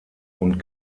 und